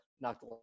knocked